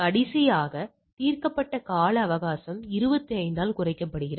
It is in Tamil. கடைசியாக தீர்க்கப்பட்ட கால அவகாசம் 25 ஆல் குறைக்கப்பட்டது